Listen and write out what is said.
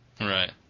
Right